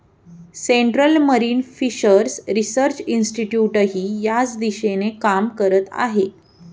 central Marine Fisheries Research इन्स्टिट्यूटही याच दिशेने काम करत आहे